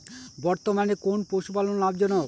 বর্তমানে কোন পশুপালন লাভজনক?